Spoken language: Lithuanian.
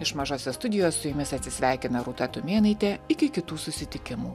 iš mažosios studijos su jumis atsisveikina rūta tumėnaitė iki kitų susitikimų